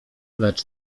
lecz